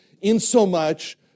insomuch